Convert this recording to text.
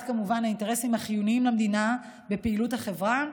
האינטרסים החיוניים למדינה בפעילות החברה,